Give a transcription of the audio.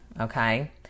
Okay